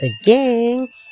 again